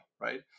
right